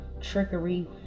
trickery